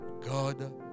God